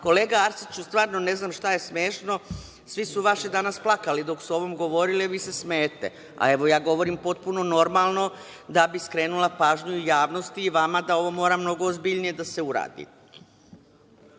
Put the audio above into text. Arsiću, stvarno ne znam šta je smešno, svi su vaši danas plakali dok su o ovome govorili, a vi se smejete. A evo ja govorim potpuno normalno da bih skrenula pažnju javnosti i vama da ovo mora mnogo ozbiljnije da se uradi. Dakle,